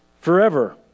forever